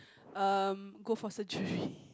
um go for surgery